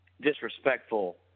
disrespectful